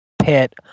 pit